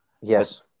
Yes